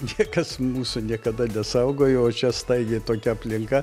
niekas mūsų niekada nesaugojo o čia staigiai tokia aplinka